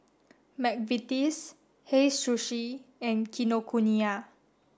McVitie's Hei Sushi and Kinokuniya